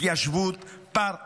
התיישבות פר אקסלנס.